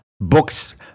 books